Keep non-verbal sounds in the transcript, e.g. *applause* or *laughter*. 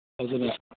*unintelligible*